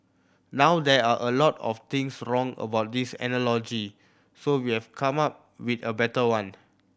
now there are a lot of things wrong a with this analogy so we've come up with a better one